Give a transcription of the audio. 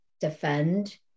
defend